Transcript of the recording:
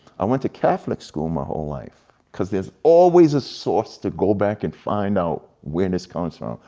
i went to catholic school my whole life, cause there's always a source to go back and find out when this comes from.